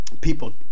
people